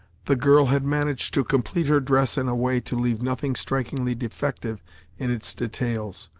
the girl had managed to complete her dress in a way to leave nothing strikingly defective in its details,